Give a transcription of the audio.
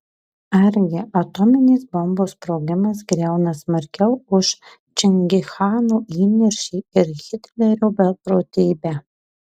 argi atominės bombos sprogimas griauna smarkiau už čingischano įniršį ir hitlerio beprotybę